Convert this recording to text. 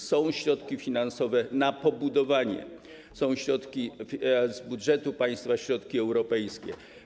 Są środki finansowe na pobudowanie, środki z budżetu państwa, środki europejskie.